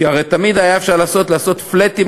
כי הרי תמיד אפשר היה לעשות "פלאטים"